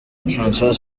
francois